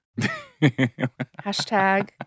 Hashtag